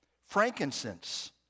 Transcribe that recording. frankincense